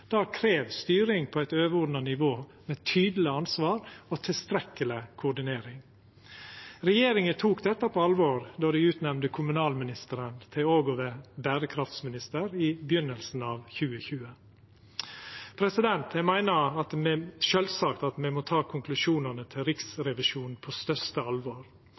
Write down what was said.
Det krev styring på eit overordna nivå med tydeleg ansvar og tilstrekkeleg koordinering. Regjeringa tok dette på alvor då dei utnemnde kommunalministeren til òg å vera berekraftsminister, i byrjinga av 2020. Eg meiner sjølvsagt at me må ta konklusjonane til Riksrevisjonen på største alvor.